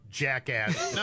jackass